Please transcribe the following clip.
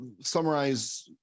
summarize